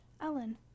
Ellen